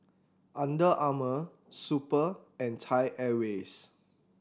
Under Armour Super and Thai Airways